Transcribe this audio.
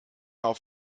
auf